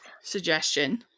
suggestion